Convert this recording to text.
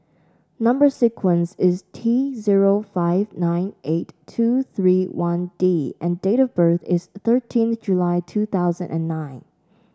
number sequence is T zero five nine eight two three one D and date of birth is thirteen July two thousand and nine